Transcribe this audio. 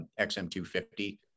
XM250